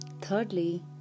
Thirdly